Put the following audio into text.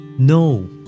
No